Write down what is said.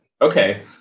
Okay